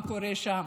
מה קורה שם.